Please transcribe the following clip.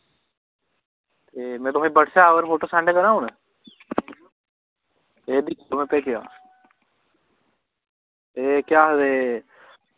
ते में ब्हटसैप पर फोटो सैंड करांऽ हून एह् दिक्को में भेजेआ ते केह् आखदे